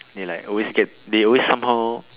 they like always get they always somehow